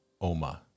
Oma